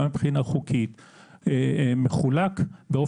גם מבחינה חוקית,